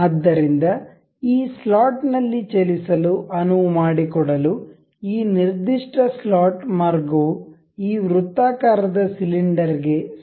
ಆದ್ದರಿಂದ ಈ ಸ್ಲಾಟ್ ನಲ್ಲಿ ಚಲಿಸಲು ಅನುವು ಮಾಡಿಕೊಡಲು ಈ ನಿರ್ದಿಷ್ಟ ಸ್ಲಾಟ್ ಮಾರ್ಗವು ಈ ವೃತ್ತಾಕಾರದ ಸಿಲಿಂಡರ್ಗೆ ಸ್ಪರ್ಶಕವಾಗಿರಬೇಕು